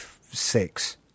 six